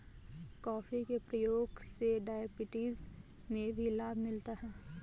coffee के प्रयोग से डायबिटीज में भी लाभ मिलता है